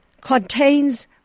contains